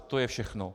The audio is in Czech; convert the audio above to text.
To je všechno.